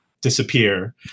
disappear